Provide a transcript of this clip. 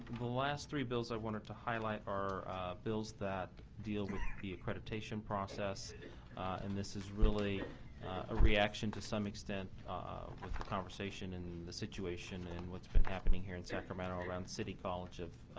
the last three bills i wanted to highlight are bills that deal with the accreditation process and this is really a reaction to some extent with the conversation in the situation and what's been happening here in sacramento around city college of